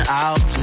out